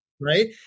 right